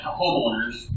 homeowners